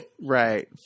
right